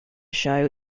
show